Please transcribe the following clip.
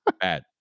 Bad